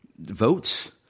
votes